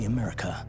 America